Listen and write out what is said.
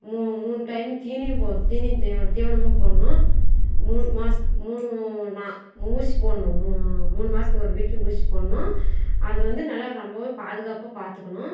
மூ மூணு டைம் தீனியும் போட்டு தீனி தீவனமும் தீவனமும் போடணும் மூணு மாதத்துக்கு மூணு நாள் ஊசி போடணும் மூ மூணு மாதத்துக்கு ஒரு வாட்டி ஊசி போடணும் அது வந்து நல்லா ரொம்பவே பாதுகாப்பாக பார்த்துக்கணும்